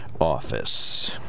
office